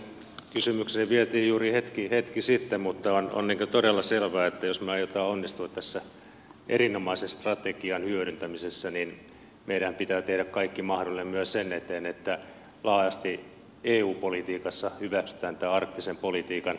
kysymykseni vietiin juuri hetki sitten mutta on todella selvää että jos me aiomme onnistua tässä erinomaisen strategian hyödyntämisessä niin meidän pitää tehdä kaikki mahdollinen myös sen eteen että laajasti eu politiikassa hyväksytään tämä arktisen politiikan merkitys